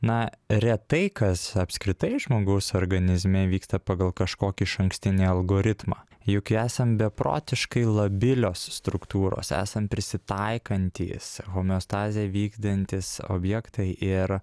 na retai kas apskritai žmogaus organizme vyksta pagal kažkokį išankstinį algoritmą juk esam beprotiškai labilios struktūros esam prisitaikantys homeostazę vykdantys objektai ir